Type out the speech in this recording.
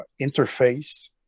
interface